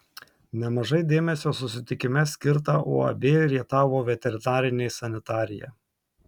nemažai dėmesio susitikime skirta uab rietavo veterinarinė sanitarija